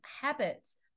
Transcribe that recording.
habits